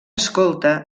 escolta